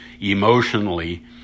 emotionally